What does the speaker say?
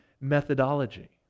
methodology